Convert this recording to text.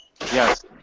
Yes